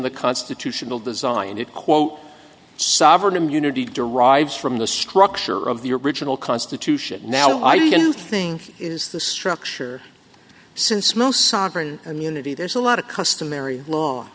the constitutional design it quote sovereign immunity derives from the structure of the original constitute now i do think it is the structure since most sovereign immunity there's a lot of customary law